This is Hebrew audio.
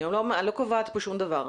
אני לא קובעת פה שום דבר,